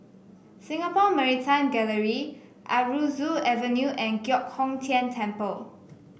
Singapore Maritime Gallery Aroozoo Avenue and Giok Hong Tian Temple